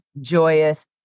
joyous